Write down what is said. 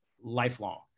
lifelong